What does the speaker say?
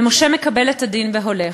ומשה מקבל את הדין והולך.